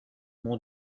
mon